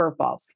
curveballs